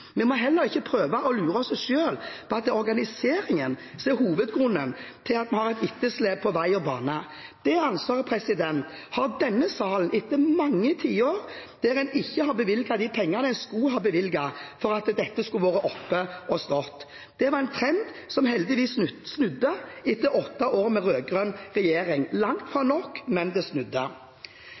Vi må heller ikke prøve å lure oss selv med at det er organiseringen som er hovedgrunnen til at vi har et etterslep på vei og bane. Det ansvaret har denne salen etter mange tiår der en ikke har bevilget de pengene en skulle ha bevilget for at dette skulle vært oppe å stå. Det var en trend som heldigvis snudde i løpet av åtte år med rød-grønn regjering – langt fra nok, men det snudde.